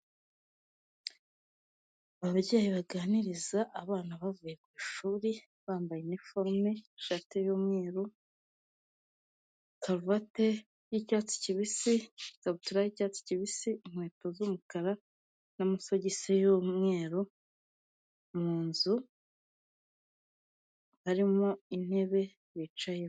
Ababyeyi baganiriza abana bavuye ku ishuri, bambaye ni iniforume, ishati y'umweru, karuvate y'icyatsi kibisi, ikabutura y'icyatsi kibisi, inkweto z'umukara, n'amasogisi y'umweru, mu nzu harimo intebe bicayeho.